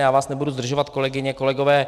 Já vás nebudu zdržovat, kolegyně, kolegové.